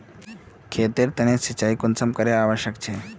खेतेर तने सिंचाई कुंसम करे आवश्यक छै?